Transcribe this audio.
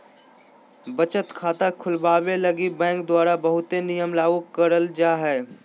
बचत खाता खुलवावे लगी बैंक द्वारा बहुते नियम लागू करल जा हय